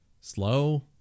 slow